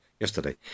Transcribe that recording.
Yesterday